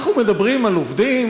אנחנו מדברים על עובדים